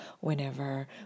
whenever